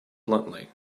bluntly